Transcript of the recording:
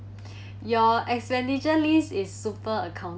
your expenditure list is super account